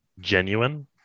genuine